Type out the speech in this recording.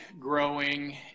growing